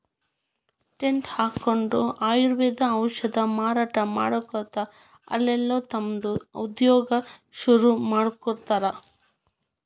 tent ಹಕ್ಕೊಂಡ್ ಆಯುರ್ವೇದ ಔಷಧ ಮಾರಾಟಾ ಮಾಡ್ಕೊತ ಅಲ್ಲಲ್ಲೇ ತಮ್ದ ಉದ್ಯೋಗಾ ಶುರುರುಮಾಡ್ಕೊಂಡಾರ್